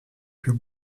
più